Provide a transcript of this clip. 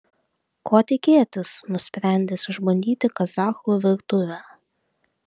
ko tikėtis nusprendęs išbandyti kazachų virtuvę